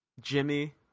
Jimmy